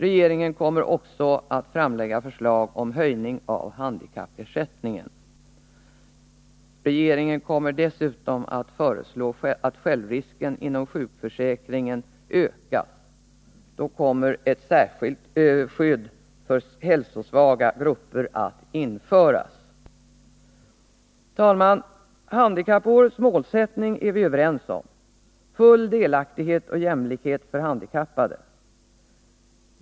Regeringen kommer även att framlägga förslag om höjning av handikappersättningen. Regeringen kommer dessutom att föreslå att självrisken inom sjukförsäkringen ökas. Då kommer ett särskilt skydd för hälsosvaga grupper att införas. Herr talman! Handikappårets målsättning är vi överens om: full delaktighet och jämlikhet för handikappade.